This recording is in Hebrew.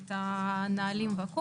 את הנהלים.